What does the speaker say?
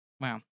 Wow